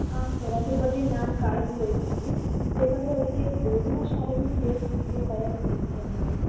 ಹಾಂ ಸರ್ ಅದ್ರ ಬಗ್ಗೆ ನಾನು ಕಾಳಜಿ ವಹಿಸ್ತೀನಿ ಬೇಕಾದರೆ ಅವಳಿಗೆ ಬೋಧನಾ ಶಾಲೆಗೂ ಸೇರ್ಸೋಕ್ಕೆ ತಯಾರಿದ್ದೀನಿ ಸರ್ ನಾನು